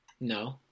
No